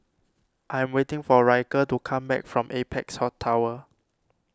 I am waiting for Ryker to come back from Apex Tower